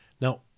Now